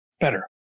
better